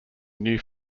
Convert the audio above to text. new